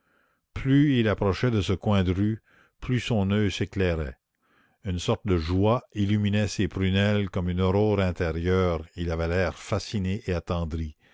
plus il approchait de ce coin de rue plus son oeil s'éclairait une sorte de joie illuminait ses prunelles comme une aurore intérieure il avait l'air fasciné et attendri